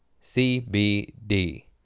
C-B-D